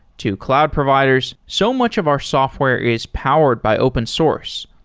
to cloud providers. so much of our software is powered by open source,